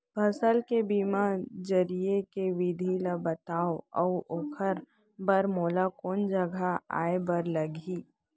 फसल के बीमा जरिए के विधि ला बतावव अऊ ओखर बर मोला कोन जगह जाए बर लागही?